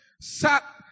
sat